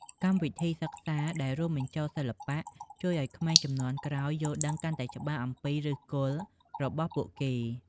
កម្មវិធីសិក្សាដែលរួមបញ្ចូលសិល្បៈ ជួយឱ្យក្មេងជំនាន់ក្រោយយល់ដឹងកាន់តែច្បាស់អំពីឫសគល់របស់ពួកគេ។